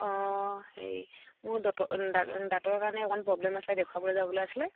অঁ হেৰি মোৰ দাঁতৰ কাৰণে অকণমান প্ৰব্লেম আছিলে দেখুৱাবলৈ যাবলৈ আছিলে